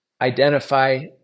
identify